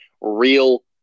real